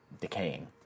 decaying